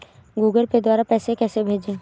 Google Pay द्वारा पैसे कैसे भेजें?